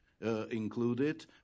included